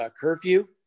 curfew